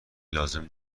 لازم